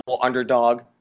underdog